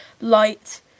light